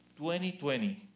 2020